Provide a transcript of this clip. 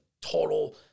total